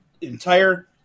entire